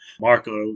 Marco